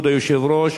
כבוד היושב-ראש,